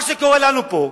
מה שקורה לנו פה,